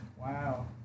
Wow